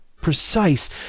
precise